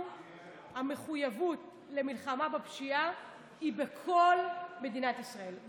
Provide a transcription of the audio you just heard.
המחויבות למלחמה בפשיעה היא בכל מדינת ישראל,